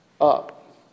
up